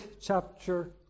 chapter